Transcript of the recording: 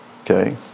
Okay